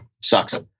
Sucks